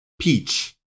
peach